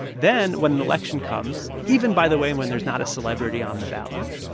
then when an election comes, even, by the way, when there's not a celebrity on the ballot,